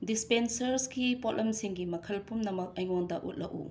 ꯗꯤꯁꯄꯦꯟꯁꯔꯁꯀꯤ ꯄꯣꯠꯂꯝꯁꯤꯡꯒꯤ ꯃꯈꯜ ꯄꯨꯝꯅꯃꯛ ꯑꯩꯉꯣꯟꯗ ꯎꯠꯂꯛꯎ